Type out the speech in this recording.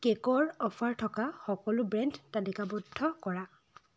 কে'কৰ অফাৰ থকা সকলো ব্ৰেণ্ড তালিকাবদ্ধ কৰা